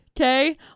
Okay